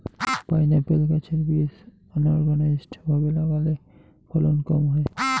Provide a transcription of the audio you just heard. pineapple গাছের বীজ unorganised ভাবে লাগালে ফলন কম হয়